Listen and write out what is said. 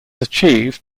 achieved